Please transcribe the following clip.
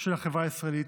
של החברה הישראלית,